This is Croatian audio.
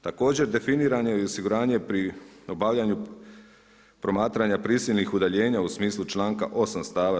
Također definirano je i osiguranje pri obavljanju, promatranja prisilnih udaljena, u smislu članka 8., stava.